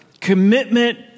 commitment